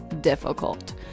difficult